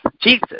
Jesus